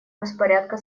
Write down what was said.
распорядка